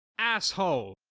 asshole!